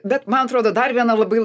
bet man atrodo dar viena labai